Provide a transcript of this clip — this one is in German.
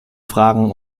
fragen